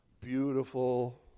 Beautiful